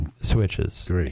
switches